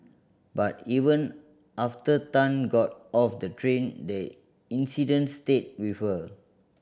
but even after Tan got off the train the incident stayed with her